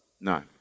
No